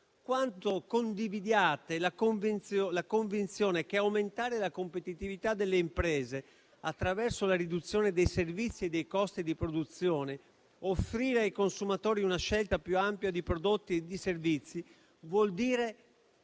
quanto condividiate la convinzione che aumentare la competitività delle imprese attraverso la riduzione dei servizi e dei costi di produzione, e offrire ai consumatori una scelta più ampia di prodotti e di servizi, vuol dire